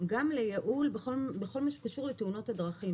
גם לייעול בכל מה שקשור לתאונות הדרכים.